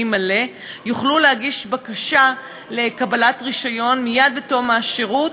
מלא יוכלו להגיש בקשה לקבלת רישיון מייד בתום השירות,